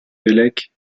bellec